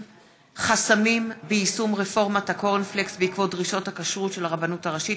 חסמים ביישום רפורמת הקורנפלקס בעקבות דרישות הכשרות של הרבנות הראשית.